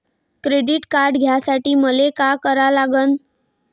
Credit card घ्यासाठी मले का करा लागन?